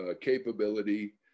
capability